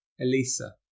Elisa